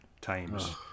times